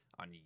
on